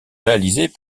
réalisée